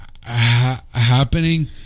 happening